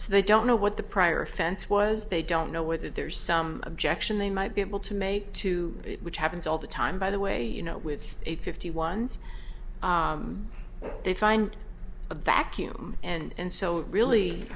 so they don't know what the prior offense was they don't know whether there's some objection they might be able to make to it which happens all the time by the way you know with a fifty one's they find a vacuum and so it really